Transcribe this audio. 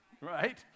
Right